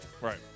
Right